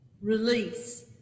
Release